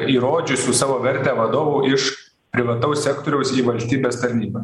įrodžiusių savo vertę vadovų iš privataus sektoriaus į valstybės tarnybą